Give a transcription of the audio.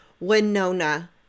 Winona